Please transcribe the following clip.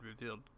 revealed